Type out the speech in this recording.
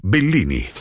Bellini